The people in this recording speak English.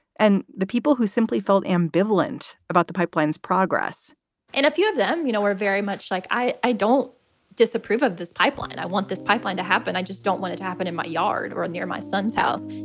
and the people who simply felt ambivalent about the pipeline's progress and a few of them, you know, we're very much like i i don't disapprove of this pipeline. i want this pipeline pipeline to happen. i just don't want it to happen in my yard or near my son's house